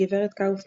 גברת קאופמן